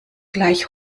gleich